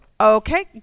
okay